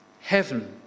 Heaven